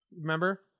Remember